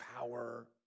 power